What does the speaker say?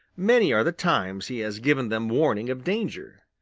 many are the times he has given them warning of danger.